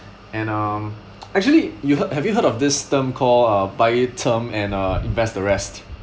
and um actually you heard have you heard of this term call uh buy term and uh invest the rest